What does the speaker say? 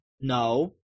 No